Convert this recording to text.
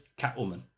Catwoman